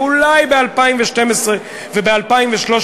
ואולי ב-2012 וב-2013,